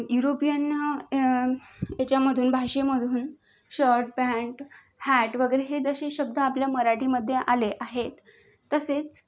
European याच्यामधून भाषेमधून shirt pant hat वगैरे हे जसे शब्द आपल्या मराठीमध्ये आले आहेत तसेच